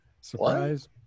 Surprise